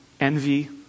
envy